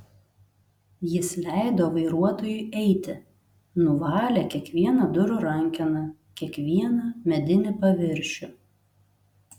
jis leido vairuotojui eiti nuvalė kiekvieną durų rankeną kiekvieną medinį paviršių